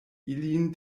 ilin